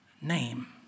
name